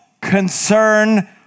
concern